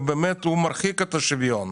הוא מרחיק את השוויון.